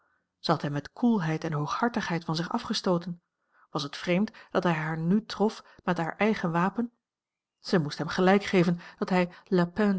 had hem met koelheid en hooghartigheid van zich afgestooten was het vreemd dat hij haar n trof met haar eigen wapen zij moest hem gelijk geven dat hij